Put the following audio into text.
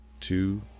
two